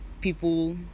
people